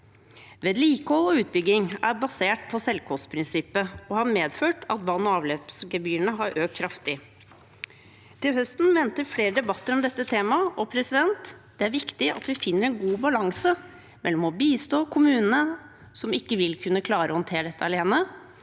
Vedlikehold og utbygging er basert på selvkostprinsippet og har medført at vann- og avløpsgebyrene har økt kraftig. Til høsten venter flere debatter om dette temaet. Det er viktig at vi finner en god balanse der vi bistår kommunene som ikke vil kunne klare å håndtere dette alene,